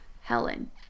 Helen